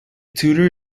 tutor